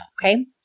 okay